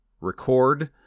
record